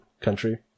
country